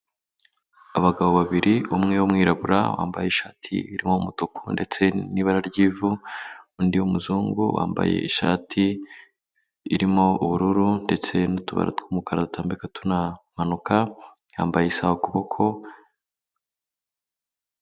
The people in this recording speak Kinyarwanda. Abagabo babiri umwe w’umwirabura wambaye ishati irimo umutuku ndetse n'ibara ry'ivu, undi w’umuzungu wambaye ishati irimo ubururu ndetse n'utubara tw'umukara dutambika tunamanuka, yambaye isaha ku kuboko.